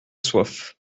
soif